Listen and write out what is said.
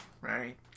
Right